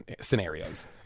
scenarios